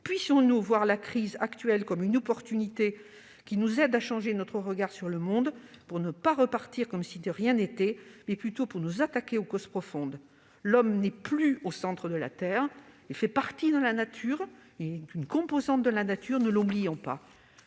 Puissions-nous voir la crise actuelle comme une opportunité qui nous aide à changer notre regard sur le monde, pour ne pas repartir comme si de rien n'était, mais, plutôt, pour nous attaquer aux causes profondes. L'homme n'est plus au centre du monde, mais fait partie de la nature dont il est une composante. Ne l'oublions pas.